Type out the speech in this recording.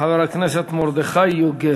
חבר הכנסת מרדכי יוגב.